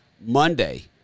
Monday